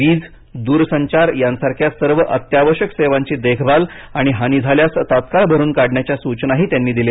वीज दूरसंचार यासारख्या सर्व अत्यावश्यक सेवांची देखभाल आणि हानी झाल्यास तत्काळ भरुन काढण्याच्या सूचनाही त्यांनी दिल्या